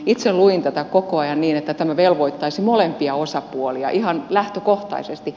itse luin tätä koko ajan niin että tämä velvoittaisi molempia osapuolia ihan lähtökohtaisesti